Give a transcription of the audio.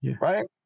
right